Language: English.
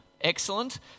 Excellent